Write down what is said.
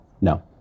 No